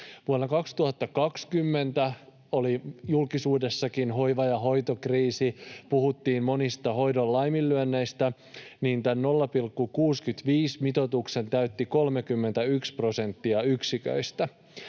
hoitokriisi oli julkisuudessakin ja puhuttiin monista hoidon laiminlyönneistä, tämän 0,65-mitoituksen täytti 31 prosenttia yksiköistä.